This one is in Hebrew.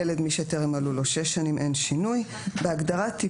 "ילד" מי שטרם מלאו לו שש שנים.